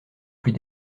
plus